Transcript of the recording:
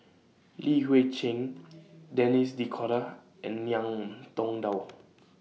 Li Hui Cheng Denis D'Cotta and Ngiam Tong Dow